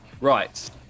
right